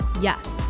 Yes